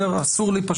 אסור לי.